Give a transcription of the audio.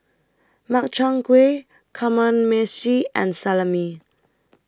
Makchang Gui Kamameshi and Salami